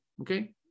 okay